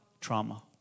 trauma